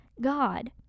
God